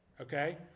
Okay